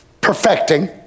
perfecting